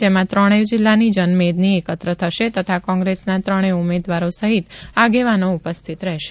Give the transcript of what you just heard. જેમાં ત્રણેય જિલ્લાની જનમેદની એકત્ર થશે તથા કોંગ્રેસના ત્રણેય ઉમેદવારો સહિત આગેવાનો ઉપસ્થિત રહેશે